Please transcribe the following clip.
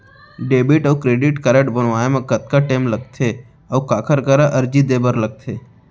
Debit अऊ credit card बनवाए मा कतका टेम लगथे, अऊ काखर करा अर्जी दे बर लगथे?